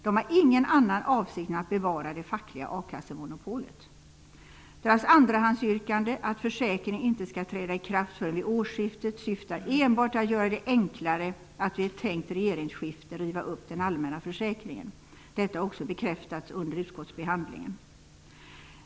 De har ingen annan avsikt än att bevara det fackliga a-kassemonopolet. Deras andrahandsyrkande om att försäkringen inte skall träda i kraft förrän vid årsskiftet syftar enbart till att göra det enklare att vid ett tänkt regeringsskifte riva upp den allmänna försäkringen. Detta har också bekräftats under utskottsbehandlingen.